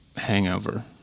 Hangover